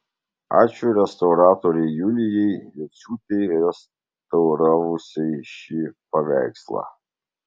ačiū restauratorei julijai jociūtei restauravusiai šį paveikslą